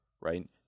right